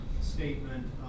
statement